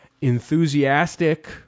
Enthusiastic